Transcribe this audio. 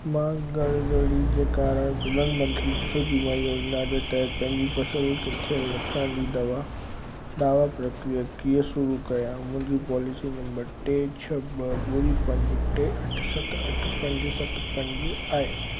मां गड़गड़ी जे कारण प्रधान मंत्री फसल बीमा योजना जे तहति पंहिंजी फसल खे थियल नुक़सान जी दावा दावा प्रक्रिया कीअं शुरू कयां मुंहिंजी पॉलिसी नंबर टे छह ॿ ॿुड़ी पंज टे अठ सत अठ पंज सत पंज आहे